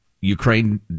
Ukraine